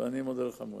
ואני מודה לכם מאוד.